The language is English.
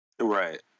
Right